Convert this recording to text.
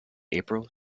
april